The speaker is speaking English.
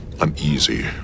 uneasy